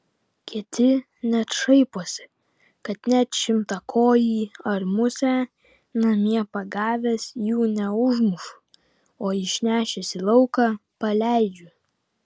kiti net šaiposi kad net šimtakojį ar musę namie pagavęs jų neužmušu o išnešęs į lauką paleidžiu